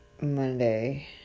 Monday